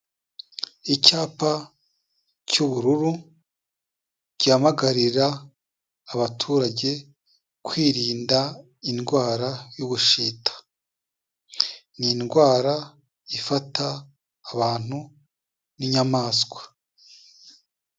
Icyapa cy'ubururu gihamagarira abaturage kwirinda indwara y'ubushita, ni indwara ifata abantu n'inyamaswa.